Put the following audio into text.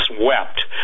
wept